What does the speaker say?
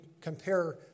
compare